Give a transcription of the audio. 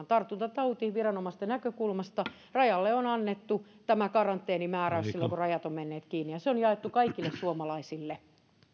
tartuntatautiviranomaisten näkökulmasta rajalle on annettu tämä karanteenimääräys silloin kun rajat ovat menneet kiinni ja se on jaettu kaikille suomalaisille